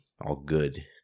all-good